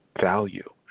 value